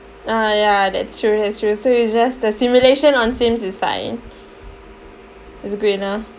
uh ya that's true that's true so you just the simulation on Sims is fine is good enough